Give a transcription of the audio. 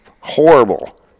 horrible